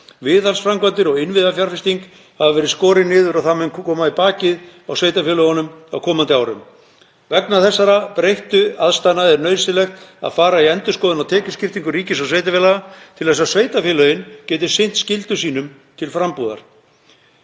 Viðhaldsframkvæmdir og innviðafjárfesting hefur verið skorin niður og það mun koma í bakið á sveitarfélögunum á komandi árum. Vegna þessara breyttu aðstæðna er nauðsynlegt að fara í endurskoðun á tekjuskiptingu ríkis og sveitarfélaga til að sveitarfélögin geti sinnt skyldum sínum til frambúðar.